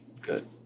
good